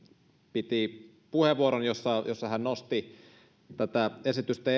piti puheenvuoron jossa jossa hän nosti tätä esitystä